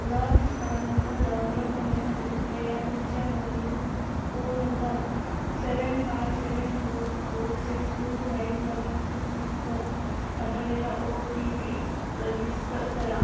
लस प्रमाणपत्र डाऊनलोड करण्यासाठी कृपया तुमच्या नोदणीकृत phone number seven five seven four four six two nine double three सिक्सवर पाठवलेला ओ टी पी प्रविष्ट करा